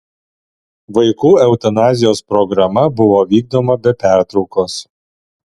vaikų eutanazijos programa buvo vykdoma be pertraukos